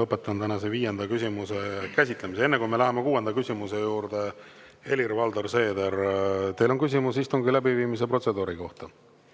Lõpetan tänase viienda küsimuse käsitlemise. Enne kui me läheme kuuenda küsimuse juurde, Helir-Valdor Seeder, teil on küsimus istungi läbiviimise protseduuri kohta.